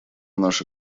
наше